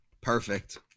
perfect